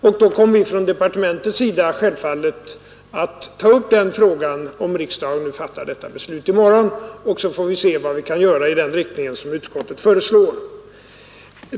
Vi kommer från departementets sida självfallet att ta upp denna fråga, om riksdagen fattar ett sådant beslut i morgon. Då får vi se vad vi kan göra i den riktning som utskottet föreslår.